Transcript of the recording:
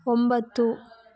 ಒಂಬತ್ತು